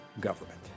government